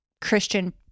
christian